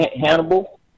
Hannibal